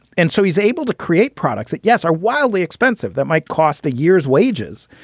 and so he's able to create products that, yes. are wildly expensive that might cost a year's wages,